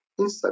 Instagram